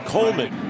Coleman